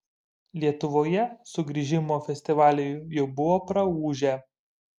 lietuvoje sugrįžimo festivaliai jau buvo praūžę